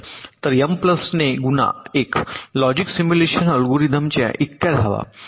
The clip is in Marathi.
तर एम प्लस ने गुणा 1 लॉजिक सिम्युलेशन अल्गोरिदमच्या इतक्या धावा